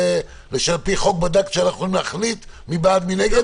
שעל פי חוק בדקת שאנחנו יכולים להחליט בעד ונגד?